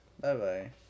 Bye-bye